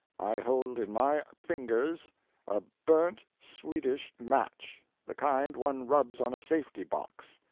i hold in my fingers a burnt swedish match the kind one rubs on a safety-box.